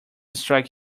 strike